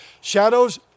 shadows